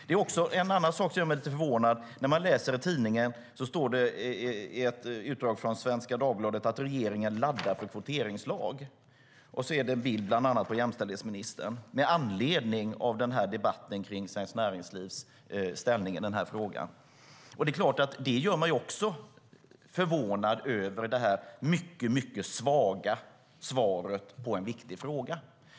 En annan sak som också gör mig lite förvånad när jag läser tidningen är att det står i ett utdrag från Svenska Dagbladet att regeringen laddar för en kvoteringslag. Sedan är det en bild på bland annat jämställdhetsministern med anledning av debatten om Svenskt Näringslivs ställning i den här frågan. Det gör mig också förvånad över det mycket svaga svaret på en viktig fråga.